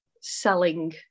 selling